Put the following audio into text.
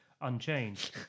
unchanged